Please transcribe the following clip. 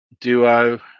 duo